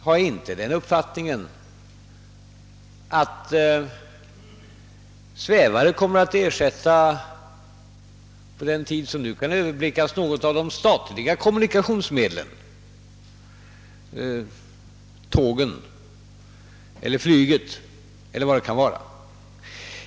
Jag har inte den uppfattningen, att svävare under den tid som nu kan överblickas kommer att ersätta något av de statliga kommuwunikationsmedlen — tågen, flyget eller vad det kan vara.